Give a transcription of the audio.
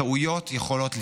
טעויות יכולות לקרות,